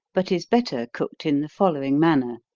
but is better cooked in the following manner.